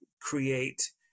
create